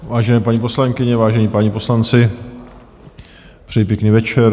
Vážené paní poslankyně, vážení páni poslanci, přeji pěkný večer.